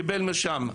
קיבל מרשם.